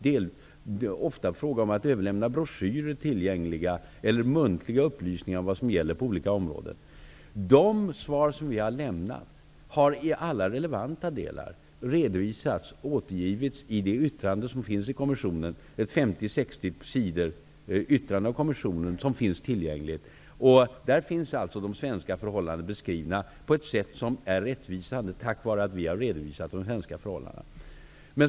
Det har ofta varit fråga om att överlämna broschyrer eller att ge muntliga upplysningar om vad som gäller på olika områden. De svar som vi har lämnat har i alla relevanta delar redovisats och återgivits i det yttrande av kommissionen på 50--60 sidor, som finns tillgängligt. I detta yttrande är de svenska förhållandena beskrivna på ett rättvisande sätt, tack vare att vi har redovisat de svenska förhållandena.